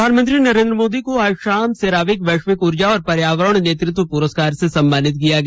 प्रधानमंत्री नरेंद्र मोदी को आज शाम सेरावीक वैश्विक ऊर्जा और पर्यावरण नेतृत्व पुरस्कार से सम्मानित किया गया